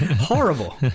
horrible